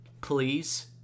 Please